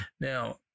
Now